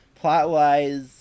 plot-wise